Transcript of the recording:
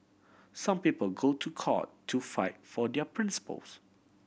some people go to court to fight for their principles